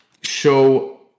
show